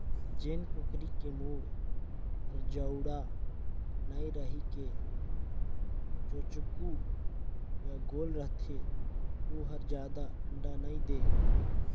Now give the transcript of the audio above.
जेन कुकरी के मूढ़ हर चउड़ा नइ रहि के चोचकू य गोल रथे ओ हर जादा अंडा नइ दे